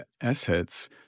assets